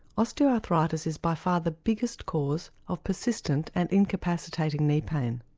osteoarthritis is by far the biggest cause of persistent and incapacitating knee pain.